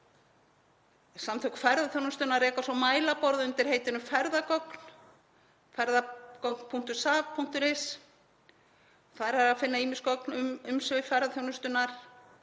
Samtök ferðaþjónustunnar rekur svo mælaborð undir heitinu Ferðagögn á ferdagogn.saf.is. Þar er að finna ýmis gögn um umsvif ferðaþjónustunnar